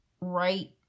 right